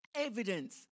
evidence